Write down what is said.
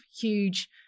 huge